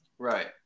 Right